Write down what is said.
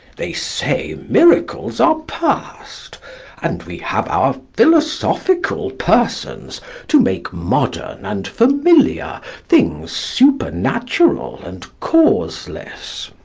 they say miracles are past and we have our philosophical persons to make modern and familiar things supernatural and causeless.